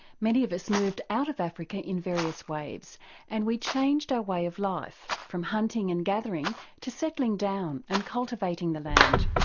many of us moved out of africa in various waves and we changed our way of life from hunting and gathering to settling down and cultivating the land.